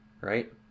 right